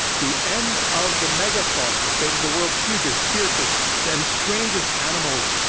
the end of the megafauna the fate of the world's hugest, fiercest, and strangest animals.